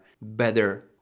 better